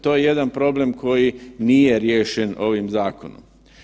To je jedan problem koji nije riješen ovim zakonom.